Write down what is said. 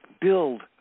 build